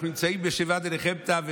אנחנו נמצאים בשבעה דנחמתא,